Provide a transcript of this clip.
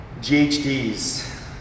GHDs